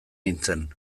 nintzen